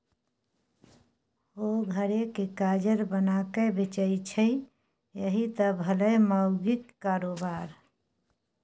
ओ घरे मे काजर बनाकए बेचय छै यैह त भेलै माउगीक कारोबार